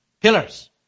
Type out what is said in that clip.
Pillars